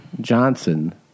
Johnson